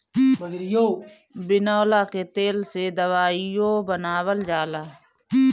बिनौला के तेल से दवाईओ बनावल जाला